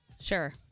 Sure